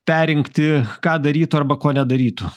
perrinkti ką darytų arba ko nedarytų